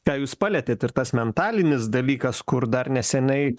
tą jūs palietėt ir tas mentalinis dalykas kur dar neseniai